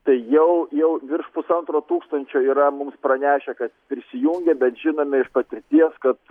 tai jau jau virš pusantro tūkstančio yra mums pranešę kad prisijungia bet žinome iš patirties kad